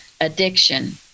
addiction